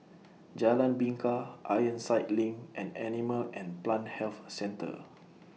Jalan Bingka Ironside LINK and Animal and Plant Health Centre